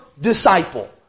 disciple